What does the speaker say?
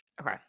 okay